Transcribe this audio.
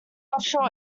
offshore